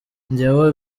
njyewe